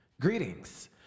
Greetings